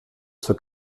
zur